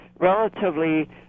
Relatively